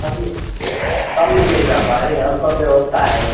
सब मिल सब मिलेगा हमारे यहाँ सब व्यवस्था है